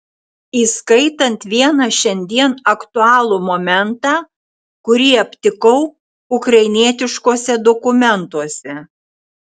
įskaitant vieną šiandien aktualų momentą kurį aptikau ukrainietiškuose dokumentuose